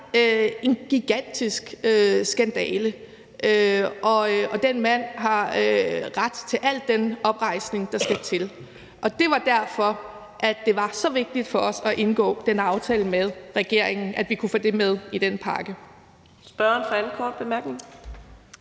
en gigantisk skandale. Den mand har ret til al den oprejsning, der skal til. Det var derfor, at det var så vigtigt for os at indgå den aftale med regeringen, og at vi kunne få det med i den pakke.